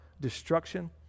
destruction